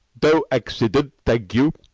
doe accident, thag you,